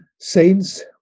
saints